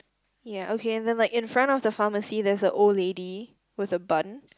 ya okay and then like in front of the pharmacy there's a old lady with the bun